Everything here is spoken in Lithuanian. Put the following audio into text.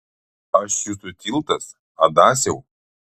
aš jūsų tiltas adasiau